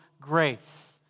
grace